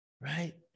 Right